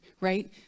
right